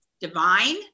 Divine